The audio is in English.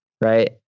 right